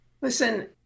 Listen